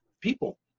people